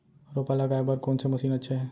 रोपा लगाय बर कोन से मशीन अच्छा हे?